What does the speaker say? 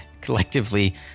collectively